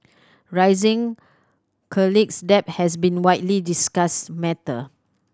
rising college debt has been a widely discussed matter